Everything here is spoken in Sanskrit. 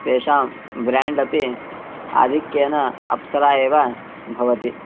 तेषां ब्रेण्ड् अपि आधिक्येन अप्सरा एव भवति